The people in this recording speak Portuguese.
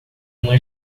uma